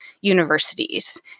universities